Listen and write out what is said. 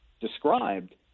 described